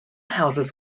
houses